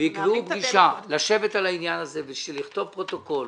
ויקבעו פגישה לשבת על העניין הזה, לכתוב פרוטוקול